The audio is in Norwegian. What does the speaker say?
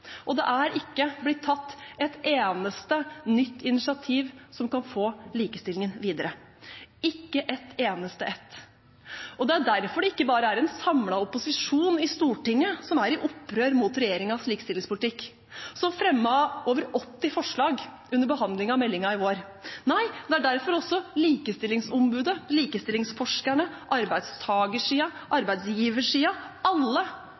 Det er ikke blitt tatt et eneste nytt initiativ som kan få likestillingen videre – ikke ett eneste ett. Det er derfor det ikke bare er en samlet opposisjon i Stortinget som er i opprør mot regjeringens likestillingspolitikk, som fremmet over 80 forslag under behandlingen av meldingen i vår. Nei, det er derfor også likestillingsombudet, likestillingsforskerne, arbeidstakersiden og arbeidsgiversiden alle